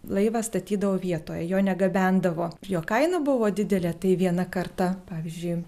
laivą statydavo vietoje jo negabendavo jo kaina buvo didelė tai viena karta pavyzdžiui